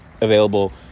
available